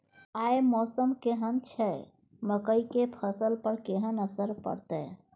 आय मौसम केहन छै मकई के फसल पर केहन असर परतै?